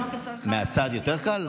מהצד יותר קל?